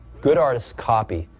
good artists copy,